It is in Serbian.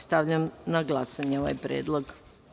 Stavljam na glasanje ovaj predlog.